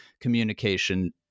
communication